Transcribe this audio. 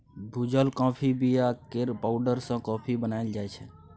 भुजल काँफीक बीया केर पाउडर सँ कॉफी बनाएल जाइ छै